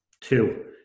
Two